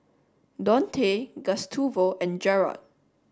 Dontae Gustavo and